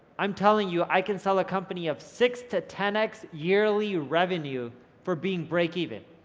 i'm telling you i can sell a company of six to ten x yearly revenue for being break-even,